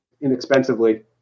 inexpensively